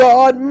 God